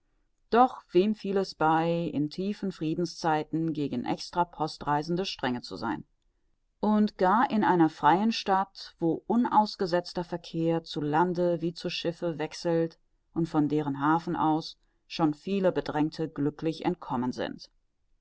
doch wem fiel es bei in tiefen friedenszeiten gegen extrapostreisende strenge zu sein und gar in einer freien stadt wo unausgesetzter verkehr zu lande wie zu schiffe wechselt und von deren hafen aus schon viele bedrängte glücklich entkommen sind